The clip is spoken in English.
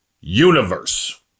universe